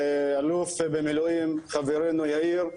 האלוף במילואים חברינו יאיר,